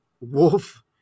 Wolf